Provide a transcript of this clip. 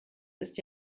ist